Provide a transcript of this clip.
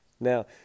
Now